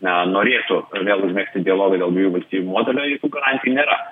na norėtų vėl užmegzti dialogą dėl dviejų valstybių modelio jokių garantijų nėra